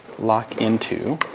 lock into